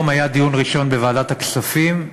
היום היה דיון ראשון בוועדת הכספים,